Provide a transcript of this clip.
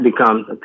becomes